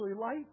light